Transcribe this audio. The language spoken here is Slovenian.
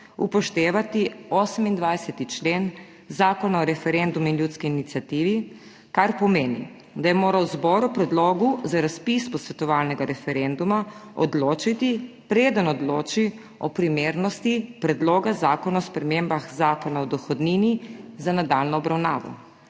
upoštevati 28. člen Zakona o referendumu in ljudski iniciativi, kar pomeni, da je moral zbor o predlogu za razpis posvetovalnega referenduma odločiti, preden odloči o primernosti Predloga zakona o spremembah Zakona o dohodnini za nadaljnjo obravnavo.